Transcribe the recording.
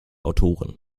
autorin